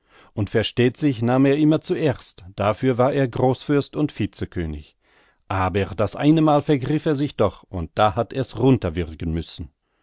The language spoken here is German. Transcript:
und versteht sich nahm er immer zuerst dafür war er großfürst und vicekönig aber das eine mal vergriff er sich doch und da hat er's runter würgen müssen